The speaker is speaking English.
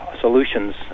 solutions